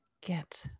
get